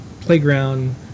Playground